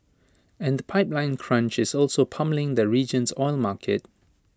and the pipeline crunch is also pummelling the region's oil market